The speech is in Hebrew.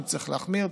אם צריך להחמיר,